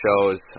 shows